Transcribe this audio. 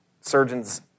surgeons